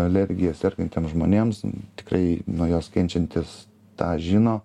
alergija sergantiem žmonėms tikrai nuo jos kenčiantys tą žino